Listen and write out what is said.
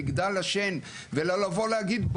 מגדל השן ולבוא ולהגיד,